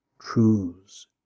truths